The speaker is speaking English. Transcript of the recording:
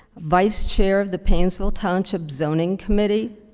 vice chair of the painesville township zoning committee,